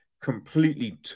completely